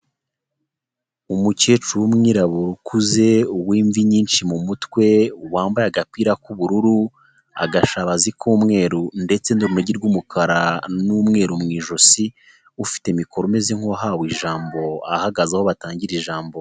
Umukecuru w'umwirabura ukuze, w'imvi nyinshi mu mutwe, wambaye agapira k'ubururu, agashabazi k'umweru, ndetse n'urunigi rw'umukara n'umweru mu ijosi, ufite mikoro umeze nk'uwahawe ijambo, ahagaze aho batangira ijambo.